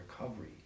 recovery